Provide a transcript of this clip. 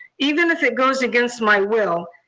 even if it goes against my will,